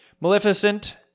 Maleficent